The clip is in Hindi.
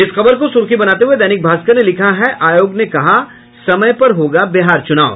इस खबर को सुर्खी बनाते हुये दैनिक भास्कर ने लिखा है आयोग ने कहा समय पर होगा बिहार चुनाव